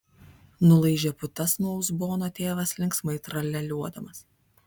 nulaižė putas nuo uzbono tėvas linksmai tralialiuodamas